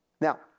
Now